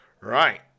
Right